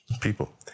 people